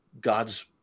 God's